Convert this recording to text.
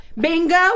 bingo